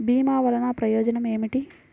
భీమ వల్లన ప్రయోజనం ఏమిటి?